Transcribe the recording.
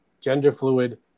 gender-fluid